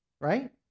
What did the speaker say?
right